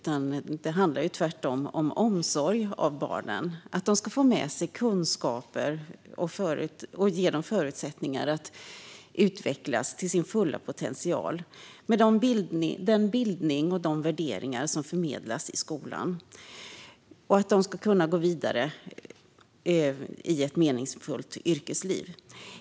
Tvärtom handlar den om omsorg om barnen - att de ska få med sig kunskaper och förutsättningar att utvecklas till sin fulla potential med den bildning och de värderingar som förmedlas i skolan. De ska kunna gå vidare i ett meningsfullt yrkesliv.